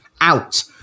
out